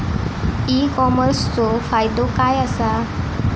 E कॉमर्सचो फायदो काय असा?